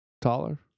Taller